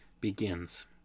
begins